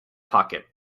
pocket